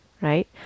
right